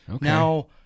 Now